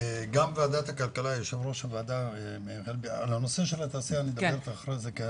הנושא של התעשייה אני אדבר איתך אחר כך,